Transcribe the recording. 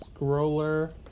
Scroller